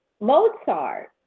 Mozart